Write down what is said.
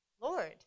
Lord